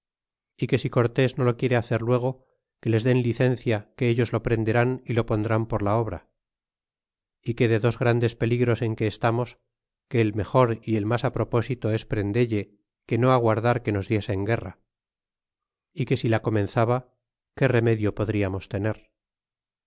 y que si cortés no lo quiere hacer luego que les den licencia que ellos lo prenderán y lo pondrán por la obra y que de dos grandes peligros en que estamos que el mejor y el mas apropósito es prendelle que no aguardar que nos diesen guerra y que si la comenzaba qué remedio podriamos tener